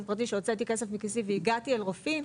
פרטי כשהוצאתי כסף מכיסי והגעתי אל רופאים,